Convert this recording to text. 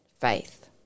faith